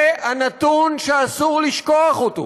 זה הנתון שאסור לשכוח אותו,